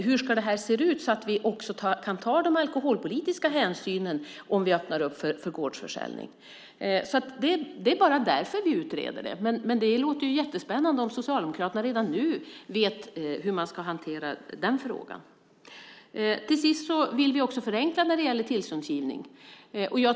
Hur ska det här se ut, så att vi också kan ta de alkoholpolitiska hänsynen om vi öppnar för gårdsförsäljning? Det är därför vi utreder det här. Men det låter ju jättespännande om Socialdemokraterna redan nu vet hur man ska hantera den frågan. Till sist vill vi också förenkla när det gäller tillståndsgivning.